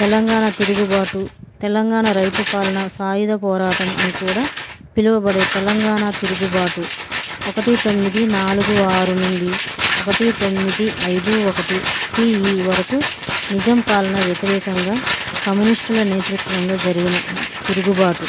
తెలంగాణ తిరుగుబాటు తెలంగాణ రైతుపాలన సాయుధ పోరాటం అని కూడా పిలవబడే తెలంగాణ తిరుగుబాటు ఒకటి తొమ్మిది నాలుగు ఆరు నుండి ఒకటి తొమ్మిది ఐదు ఒకటి సిఈ వరకు నిజాం పాలన వ్యతిరేకంగా కమ్యూనిస్టుల నేతృత్వంలో జరిగిన తిరుగుబాటు